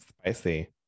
spicy